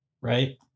Right